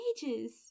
pages